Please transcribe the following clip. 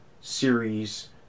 series